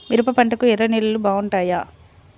మిరప పంటకు ఎర్ర నేలలు బాగుంటాయా?